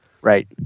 Right